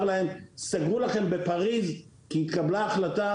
להם שסגרו להם בפריז כי התקבלה החלטה,